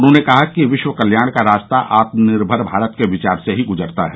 उन्होंने कहा कि विश्व कल्याण का रास्ता आत्मनिर्भर भारत के विचार से ही गुजरता है